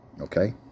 Okay